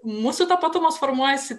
mūsų tapatumas formuojasi